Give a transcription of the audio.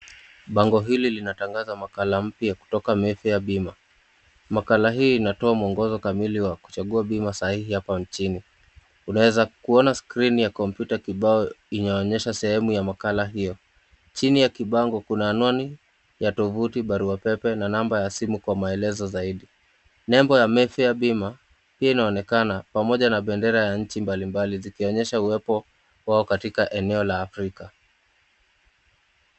Bango hili linatangaza makala mpya kutoka mefia bima, makala hii inatoa mwongozo kamili wa kuchagua bima sahihi hapa nchini, unaweza kuona skrini ya kompyuta kibao inaonyesha sehemu ya makala hio chini, ya kibango kuna anwani ya tovuti na barua pepe, na namba ya simu kwa maalezo zaidi, nembo ya mefia bima pia inaonekana pamoja na bendera ya nchi mbalimbali zikonyesha uwepo wao katrika nchi za Afrika.